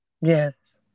Yes